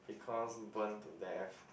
because burn to death